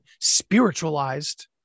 spiritualized